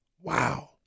Wow